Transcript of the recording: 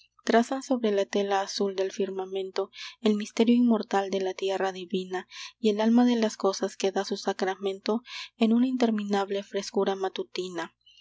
trazan sobre la tela azul del firmamento el misterio inmortal de la tierra divina y el alma de las cosas que da su sacramento en una interminable frescura matutina